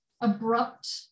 abrupt